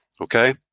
Okay